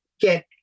get